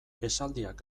esaldiak